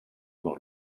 mor